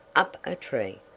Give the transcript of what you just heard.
up a tree,